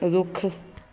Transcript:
ਰੁੱਖ